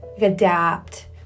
adapt